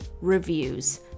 reviews